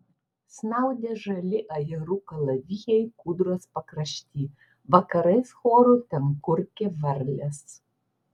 snaudė žali ajerų kalavijai kūdros pakrašty vakarais choru ten kurkė varlės